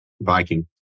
Viking